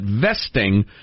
vesting